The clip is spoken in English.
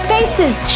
Faces